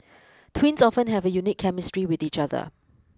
twins often have a unique chemistry with each other